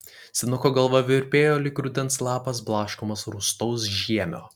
senuko galva virpėjo lyg rudens lapas blaškomas rūstaus žiemio